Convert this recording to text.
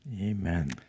Amen